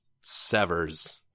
severs